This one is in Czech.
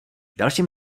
dalším